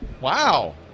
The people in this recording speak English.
Wow